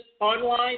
online